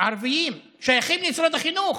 ערביים ששייכים למשרד החינוך,